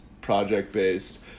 project-based